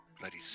Bloody